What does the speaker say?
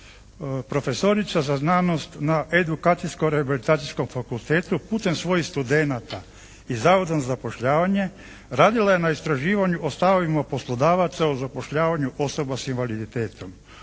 profesorica za znanost na Edukacijsko-rehabilitacijskom fakultetu putem svojih studenata iz Zavoda za zapošljavanje radila je na istraživanju o stavovima poslodavaca o zapošljavanju osoba s invaliditetom.